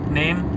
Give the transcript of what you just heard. name